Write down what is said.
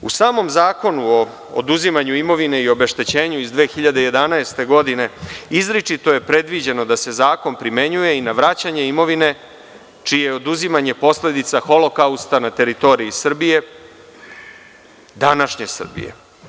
U samom Zakonu o oduzimanju imovine i obeštećenju iz 2011. godine izričito je predviđeno da se zakon primenjuje i na vraćanje imovine čije je oduzimanje posledica Holokausta na teritoriji današnje Srbije.